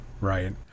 Right